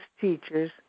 teachers